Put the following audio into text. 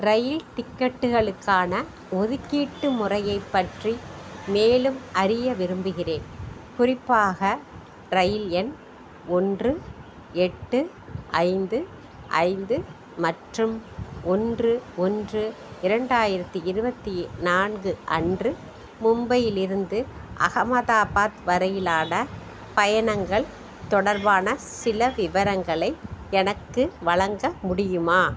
ரயில் டிக்கெட்டுகளுக்கான ஒதுக்கீட்டு முறையைப் பற்றி மேலும் அறிய விரும்புகிறேன் குறிப்பாக ரயில் எண் ஒன்று எட்டு ஐந்து ஐந்து மற்றும் ஒன்று ஒன்று இரண்டாயிரத்தி இருபத்தி நான்கு அன்று மும்பையிலிருந்து அகமதாபாத் வரையிலான பயணங்கள் தொடர்பான சில விவரங்களை எனக்கு வழங்க முடியுமா